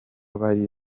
bari